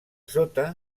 sota